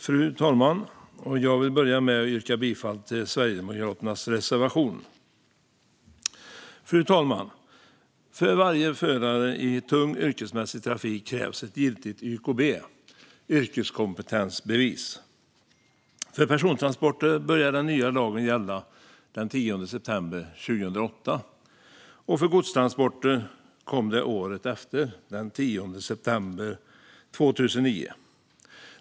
Fru talman! Jag vill börja med att yrka bifall till Sverigedemokraternas reservation. Fru talman! För varje förare i tung yrkesmässig trafik krävs ett giltigt YKB, alltså ett yrkeskompetensbevis. För persontransporter började den nya lagen att gälla den 10 september 2008. För godstransporter kom det året efter, den 10 september 2009.